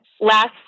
last